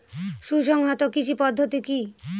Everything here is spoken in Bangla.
সুসংহত কৃষি পদ্ধতি কি?